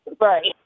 Right